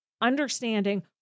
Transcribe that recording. understanding